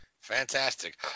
Fantastic